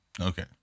Okay